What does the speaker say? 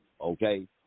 okay